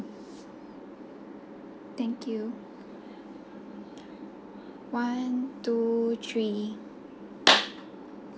thank you one two three